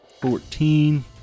fourteen